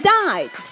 died